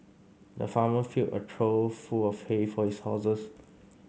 the farmer filled a trough full of hay for his horses